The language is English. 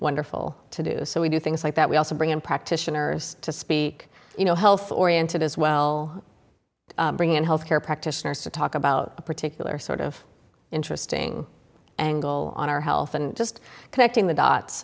wonderful to do so we do things like that we also bring in practitioners to speak you know health oriented as well bringing in health care practitioners to talk about a particular sort of interesting angle on our health and just connecting the dots